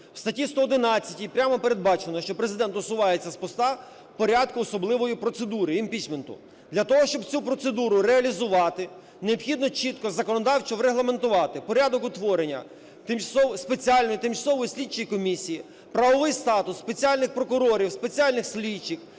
В статті 111 прямо передбачено, що Президент усувається з поста в порядку особливої процедури – імпічменту. Для того, щоб цю процедуру реалізувати, необхідно чітко законодавчо регламентувати порядок утворення спеціальної тимчасової слідчої комісії, правовий статус спеціальних прокурорів, спеціальних слідчих,